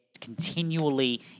continually